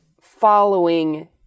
following